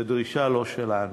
זו דרישה לא שלנו,